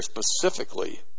specifically